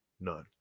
none